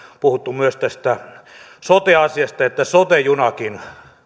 puhuttu myös tästä sote asiasta että sote junakin